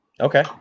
Okay